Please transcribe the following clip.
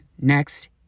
next